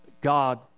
God